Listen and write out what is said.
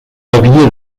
havia